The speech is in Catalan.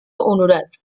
honorat